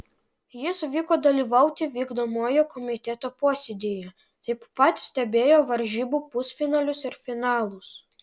jis vyko dalyvauti vykdomojo komiteto posėdyje taip pat stebėjo varžybų pusfinalius ir finalus